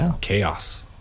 Chaos